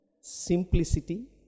simplicity